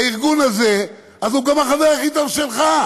הארגון הזה, אז הוא גם החבר הכי טוב שלך,